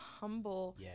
humble